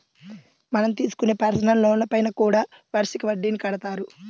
మనం తీసుకునే పర్సనల్ లోన్లపైన కూడా వార్షిక వడ్డీని కడతారు